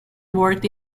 worked